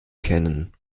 kennen